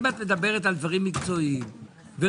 אם את מדברת על דברים מקצועיים ורציניים,